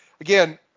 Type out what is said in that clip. Again